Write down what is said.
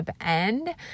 End